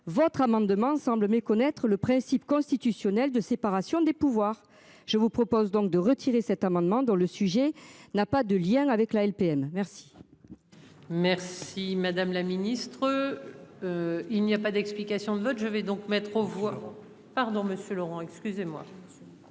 Votre amendement semble méconnaître le principe constitutionnel de séparation des pouvoirs. Je vous propose donc de retirer cet amendement dans le sujet n'a pas de lien avec la LPM, merci. Merci madame la ministre. Il n'y a pas d'explication de vote. Je vais donc mettre aux voix, pardon monsieur Laurent, excusez-moi.